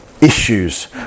issues